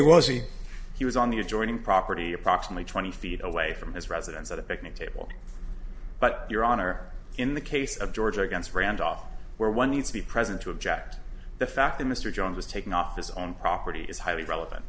was he he was on the adjoining property approximately twenty feet away from his residence at a picnic table but your honor in the case of georgia against randolph where one needs to be present to object the fact that mr jones was taken off his own property is highly relevant